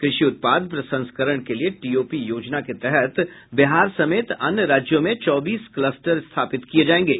कृषि उत्पाद प्रसंस्करण के लिए टीओपी योजना के तहत बिहार समेत अन्य राज्यों में चौबीस क्लस्टर स्थापित किये जायेंगे